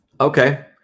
Okay